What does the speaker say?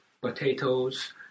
potatoes